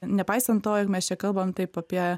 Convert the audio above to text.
nepaisant to mes čia kalbame taip apie